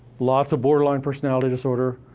lots of borderline personality disorder,